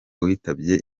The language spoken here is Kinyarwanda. witabye